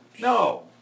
No